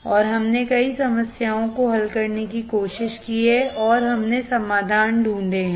और हमने कई समस्याओं को हल करने की कोशिश की है और हमने समाधान ढूंढे हैं